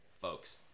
folks